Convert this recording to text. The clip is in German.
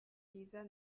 dieser